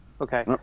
Okay